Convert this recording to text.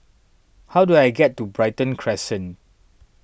how do I get to Brighton Crescent